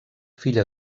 fill